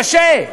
קשה.